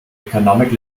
economic